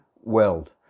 weld